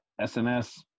SMS